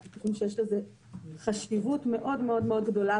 אנחנו חושבים שיש לזה חשיבות מאוד מאוד מאוד גדולה,